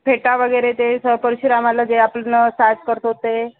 फेटा वगैरे ते स परशुरामाला जे आपण साज करतो ते